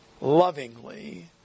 lovingly